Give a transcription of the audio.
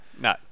No